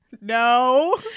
No